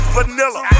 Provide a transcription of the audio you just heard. Vanilla